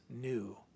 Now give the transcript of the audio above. new